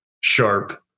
sharp